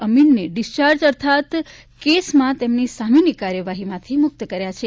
અમીનને discharge અર્થાંત કેસમાં તેમની સામેની કાર્યવાહીમાંથી મુક્ત કર્યા છે